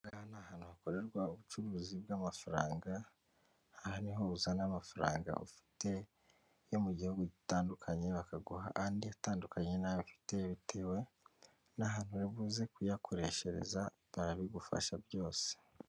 Aha ngaha ni ahantu hakorerwa ubucuruzi bw'amafaranga, aha ni ho uzana amafaranga ufite yo mu gihugu gitandukanye, bakaguha andi atandukanye n'ayo ufite bitewe n'ahantu uri buze kuyakoreshereza, barabigufasha byose.